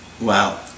Wow